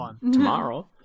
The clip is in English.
tomorrow